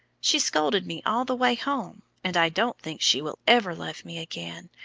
she scolded me all the way home, and i don't think she will ever love me again.